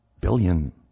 billion